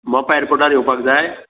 मोपा एरपोटार येवपाक जाय